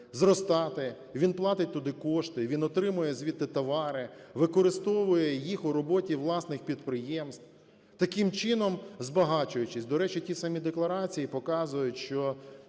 зростати. Він платить туди кошти, він отримує звідти товари, використовує їх в роботі власних підприємств, таким чином, збагачуючись. До речі, ті самі декларації показують, що